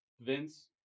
Vince